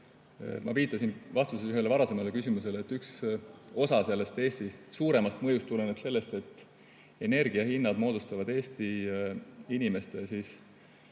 Ma viitasin vastuses ühele varasemale küsimusele, et üks osa Eesti suuremast mõjust tuleneb sellest, et energiahinnad moodustavad Eesti inimeste